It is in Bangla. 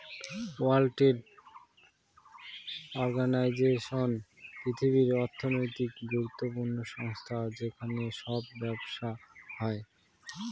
ওয়ার্ল্ড ট্রেড অর্গানাইজেশন পৃথিবীর অর্থনৈতিক গুরুত্বপূর্ণ সংস্থা যেখানে সব ব্যবসা হয়